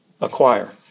acquire